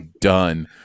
done